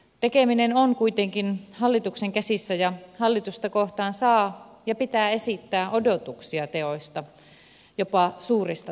tekeminen on kuitenkin hallituksen käsissä ja hallitusta kohtaan saa ja pitää esittää odotuksia teoista jopa suurista teoista